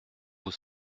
vous